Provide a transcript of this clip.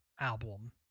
album